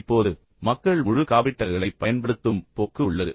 இப்போது மக்கள் முழு காபிட்டலகளை பயன்படுத்தும் போக்கு உள்ளது